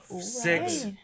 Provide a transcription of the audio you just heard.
Six